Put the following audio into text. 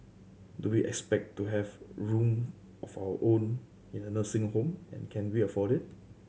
do we expect to have room of our own in a nursing home and can we afford it